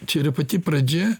čia yra pati pradžia